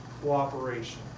cooperation